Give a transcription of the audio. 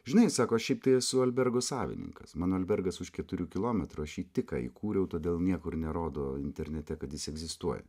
žinai sako šiaip tai esu albergo savininkas mano albergas už keturių kilometrų aš jį tik ką įkūriau todėl niekur nerodo internete kad jis egzistuoja